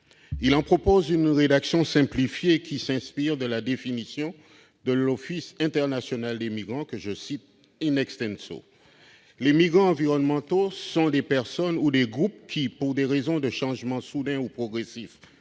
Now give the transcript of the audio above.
Nous proposons une rédaction simplifiée, qui s'inspire de la définition de l'Office international des migrants. Je la cite :« Les migrants environnementaux sont des personnes ou des groupes qui, pour des raisons de changements soudains ou progressifs